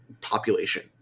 population